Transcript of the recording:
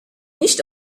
nicht